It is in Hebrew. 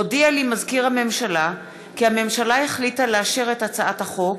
הודיע לי מזכיר הממשלה כי הממשלה החליטה לאשר את הצעת החוק,